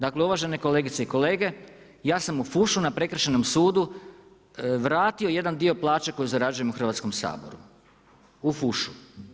Dakle uvažene kolegice i kolege, ja sam u fušu na prekršajnom sudu vratio jedan dio plaće koji zarađujem u Hrvatskom saboru, u fušu.